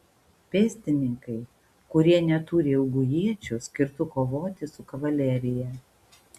pėstininkai kurie neturi ilgų iečių skirtų kovoti su kavalerija